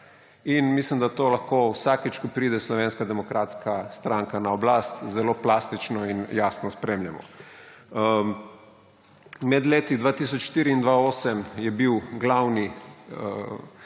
Mislim, da to lahko vsakič, ko pride Slovenska demokratska stranka na oblast, zelo plastično in jasno spremljamo. Med letoma 2004 in 2008 je bil glavni